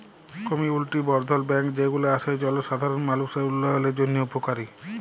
community বর্ধল bank যে গুলা আসে জলসাধারল মালুষের উল্যয়নের জন্হে উপকারী